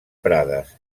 prades